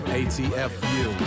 atfu